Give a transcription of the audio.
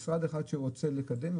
משרד אחד רוצה לקדם,